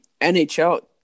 NHL